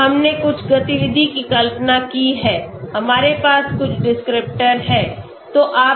तो हमने कुछ गतिविधि की कल्पना की है हमारे पास कुछडिस्क्रिप्टर हैं